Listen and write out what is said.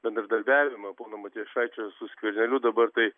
bendradarbiavimą pono matijošaičio su skverneliu dabar tai